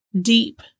deep